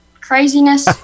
craziness